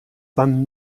dann